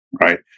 right